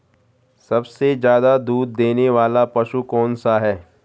सबसे ज़्यादा दूध देने वाला पशु कौन सा है?